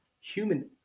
human